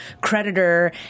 creditor